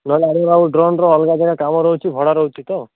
ନହେଲେ ଆଡ଼େ ଆମର ଡ୍ରୋନ୍ର ଅଲଗା ଜାଗାରେ କାମ ରହୁଛି ଭଡ଼ା ରହୁଛି ତ